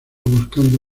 buscando